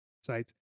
sites